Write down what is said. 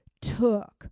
took